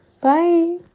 bye